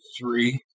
three